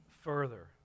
further